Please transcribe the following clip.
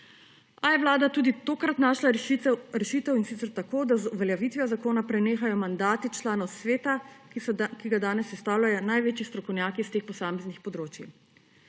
A je Vlada tudi tokrat našla rešitev, in sicer tako da z uveljavitvijo zakona prenehajo mandati članov sveta, ki ga danes sestavljajo največji strokovnjaki s teh posameznih področij.